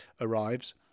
arrives